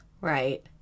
Right